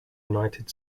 united